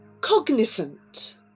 Cognizant